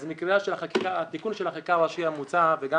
אז התיקון של החקיקה הראשית המוצעת וגם